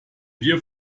dir